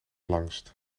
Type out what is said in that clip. langst